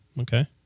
Okay